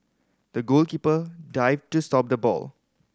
the goalkeeper dived to stop the ball